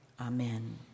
Amen